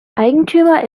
eigentümer